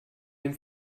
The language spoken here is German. den